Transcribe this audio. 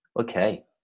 Okay